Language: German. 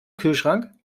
kühlschrank